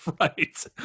Right